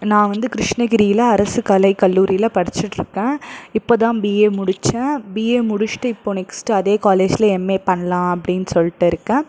நான் வந்து கிருஷ்ணகிரியில அரசு கலைக்கல்லூரியில படிச்சிட்டுருக்கேன் இப்போ தான் பிஏ முடிச்சேன் பிஏ முடிச்சிவிட்டு இப்போ நெக்ஸ்ட்டு அதே காலேஜில் எம்ஏ பண்ணலாம் அப்படின்னு சொல்லிட்டுருக்கேன்